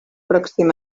pròxim